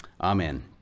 Amen